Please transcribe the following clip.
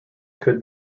could